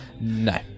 no